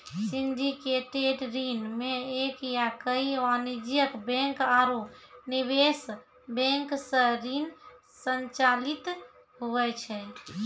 syndicated ऋण मे एक या कई वाणिज्यिक बैंक आरू निवेश बैंक सं ऋण संचालित हुवै छै